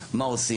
מה עושים.